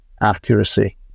accuracy